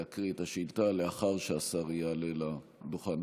להקריא את השאילתה לאחר שהשר יעלה לדוכן.